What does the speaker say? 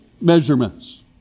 measurements